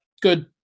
good